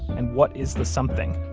and what is the something?